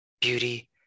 beauty